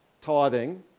tithing